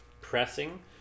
pressing